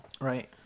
right